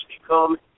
become